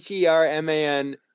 herman